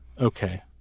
okay